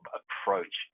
approach